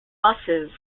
buses